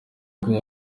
congo